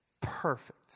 perfect